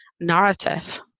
narrative